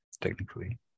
technically